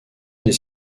des